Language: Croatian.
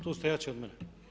Tu ste jači od mene.